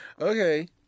Okay